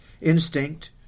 Instinct